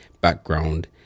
background